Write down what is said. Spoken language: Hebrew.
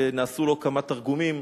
ונעשו לו כמה תרגומים